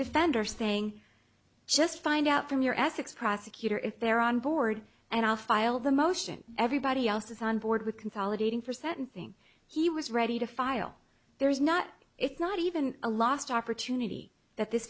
defender saying just find out from your essex prosecutor if they're on board and i'll file the motion everybody else is on board with consolidating for sentencing he was ready to file there is not it's not even a lost opportunity that this